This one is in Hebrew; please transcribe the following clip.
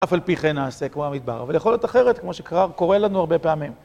אף על פי כן נעשה כמו המדבר, אבל יכול להיות אחרת, כמו שקורה לנו הרבה פעמים.